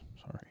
Sorry